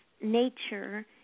nature